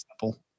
simple